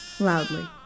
Loudly